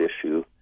issue